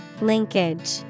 Linkage